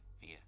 fear